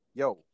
yo